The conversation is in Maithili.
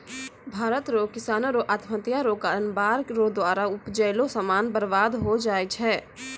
भारत रो किसानो रो आत्महत्या रो कारण बाढ़ रो द्वारा उपजैलो समान बर्बाद होय जाय छै